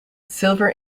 silver